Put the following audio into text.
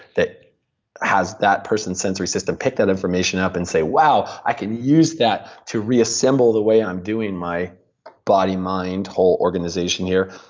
that has that person's sensory system pick that information up and say, wow, i can use that to reassemble the way i'm doing my body, mind, whole organization here,